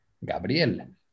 Gabriel